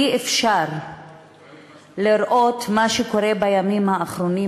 אי-אפשר לראות את מה שקורה בימים האחרונים